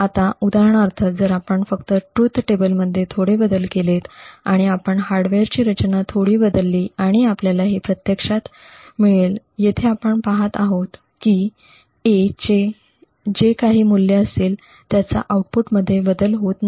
आता उदाहरणार्थ जर आपण फक्त ट्रुथ टेबल मध्ये थोडे बदल केलेत आणि आपण हार्डवेअरची रचना थोडी बदलली आणि आपल्याला हे प्रत्यक्षात मिळेल येथे आपण पाहत आहोत की 'A' चे जे काही मूल्य असेल त्याचा आउटपुटमध्ये बदल होत नाही